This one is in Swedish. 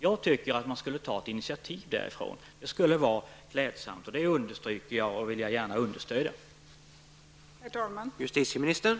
Jag tycker att man skulle ta ett initiativ därifrån. Det skulle vara klädsamt. Det understryker jag, och jag vill gärna understödja ett sådant initiativ.